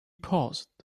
paused